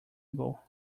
able